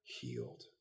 healed